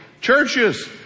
churches